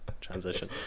transition